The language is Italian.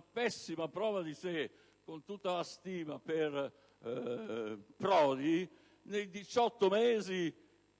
pessima prova di sé, con tutta la stima per Prodi, nei 18 mesi